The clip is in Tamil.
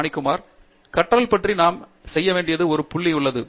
பாணிகுமார் கற்றல் பற்றி நாம் செய்ய வேண்டிய ஒரு புள்ளி உள்ளது